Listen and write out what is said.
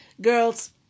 Girls